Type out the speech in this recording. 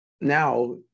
now